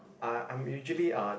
uh I'm usually uh